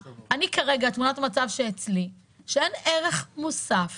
תמונת המצב אצלי היא שאין ערך מוסף